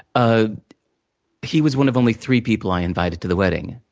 ah he was one of only three people i invited to the wedding.